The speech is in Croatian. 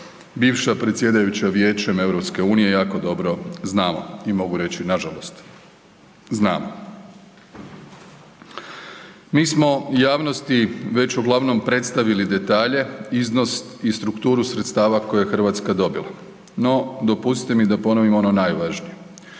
bivša predsjedajućem Vijećem EU jako dobro znamo i mogu reći nažalost znamo. Mi smo javnosti već uglavnom predstavili detalje, iznos i strukturu sredstava koje je Hrvatska dobila. No dopustite mi da ponovim ono najvažnije,